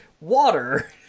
water